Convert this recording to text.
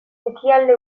ekialde